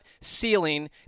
ceiling